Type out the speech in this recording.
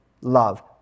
love